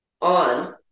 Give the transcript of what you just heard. on